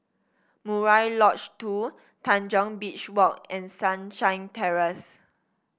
Murai Lodge Two Tanjong Beach Walk and Sunshine Terrace